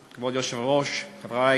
כבוד היושב-ראש, תודה, חברי